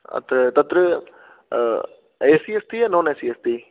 अतः तत्र एसी अस्ति या नान् एसी अस्ति